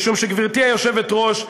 משום שגברתי היושבת-ראש,